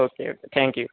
okay okay thank you